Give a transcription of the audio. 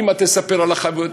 האימא תספר על החוויות.